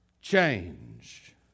Change